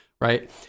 right